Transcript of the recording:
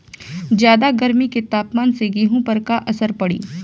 ज्यादा गर्मी के तापमान से गेहूँ पर का असर पड़ी?